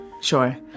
Sure